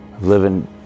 living